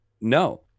No